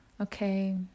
Okay